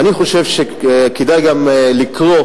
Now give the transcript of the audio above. ואני חושב שכדאי גם לקרוא